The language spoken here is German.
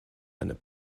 eine